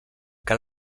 cal